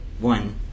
one